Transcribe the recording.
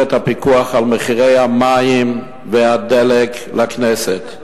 את הפיקוח על מחירי המים והדלק לכנסת,